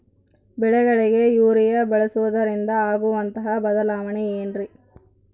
ಬೆಳೆಗಳಿಗೆ ಯೂರಿಯಾ ಬಳಸುವುದರಿಂದ ಆಗುವಂತಹ ಬದಲಾವಣೆ ಏನ್ರಿ?